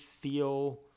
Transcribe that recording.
feel